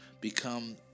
become